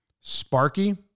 sparky